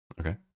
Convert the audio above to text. Okay